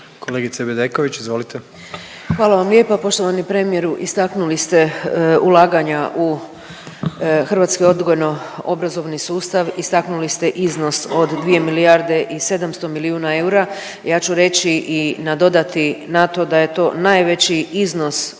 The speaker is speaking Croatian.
izvolite. **Bedeković, Vesna (HDZ)** Hvala vam lijepa. Poštovani premijeru istaknuli ste ulaganja u hrvatsko odgojno obrazovni sustav, istaknuli ste iznos od 2 milijarde i 700 milijuna eura, ja ću reći i nadodati na to da je to najveći iznos koji